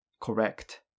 correct